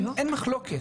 אין מחלוקת.